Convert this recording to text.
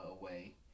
away